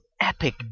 epic